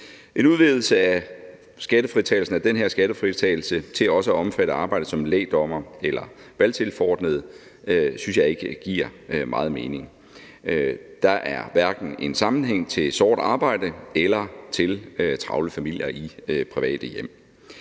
En udvidelse af den her skattefritagelse til også at omfatte arbejde som lægdommer eller valgtilforordnet synes jeg ikke giver meget mening. Der er hverken en sammenhæng med sort arbejde eller med travle familier i private hjem.